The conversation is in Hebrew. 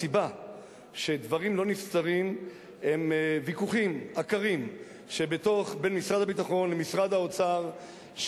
הסיבה שדברים לא נפתרים זה ויכוחים עקרים בין משרד הביטחון למשרד האוצר,